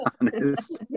honest